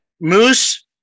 Moose